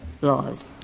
laws